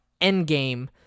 endgame